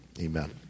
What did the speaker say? amen